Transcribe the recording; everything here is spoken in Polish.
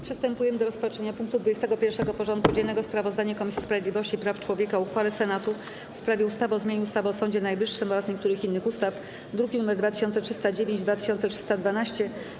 Przystępujemy do rozpatrzenia punktu 21. porządku dziennego: Sprawozdanie Komisji Sprawiedliwości i Praw Człowieka o uchwale Senatu w sprawie ustawy o zmianie ustawy o Sądzie Najwyższym oraz niektórych innych ustaw (druki nr 2309 i 2312)